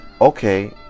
okay